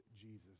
Jesus